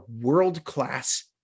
world-class